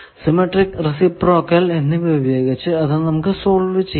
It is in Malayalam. സിമെട്രിക് റെസിപ്രോക്കൽ എന്നിവ ഉപയോഗിച്ച് അത് നമുക്ക് സോൾവ് ചെയ്യാം